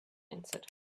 answered